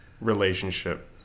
relationship